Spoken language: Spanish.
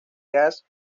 gas